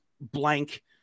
blank